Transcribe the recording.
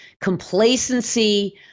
complacency